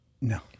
No